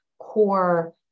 core